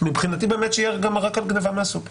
מבחינתי באמת שיהיה גם רק על גניבה מהסופר.